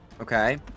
Okay